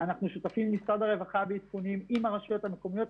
ואנחנו שותפים עם משרד הרווחה בעדכונים של הרשויות המקומיות.